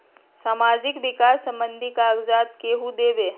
समाजीक विकास संबंधित कागज़ात केहु देबे?